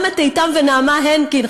גם את איתם ונעמה הנקין,